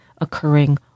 occurring